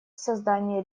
создание